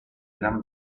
gran